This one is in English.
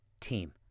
team